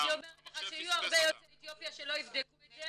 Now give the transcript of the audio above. אני אומרת לך שיהיו הרבה יוצאי אתיופיה שלא יבדקו את זה